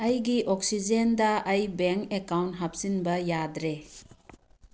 ꯑꯩꯒꯤ ꯑꯣꯛꯁꯤꯖꯦꯟꯗ ꯑꯩ ꯕꯦꯡ ꯑꯦꯛꯀꯥꯎꯟ ꯍꯥꯞꯆꯤꯟꯕ ꯌꯥꯗ꯭ꯔꯦ